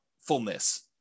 fullness